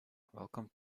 welcome